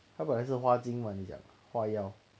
他本来是花精嘛你讲 but ya